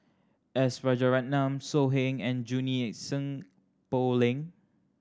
S Rajaratnam So Heng and Junie Sng Poh Leng